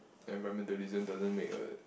environmentalism doesn't make a